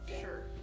Sure